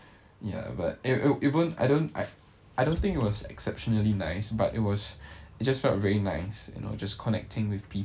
ya but even I don't I I don't think it was exceptionally nice but it was it just felt very nice you know just connecting with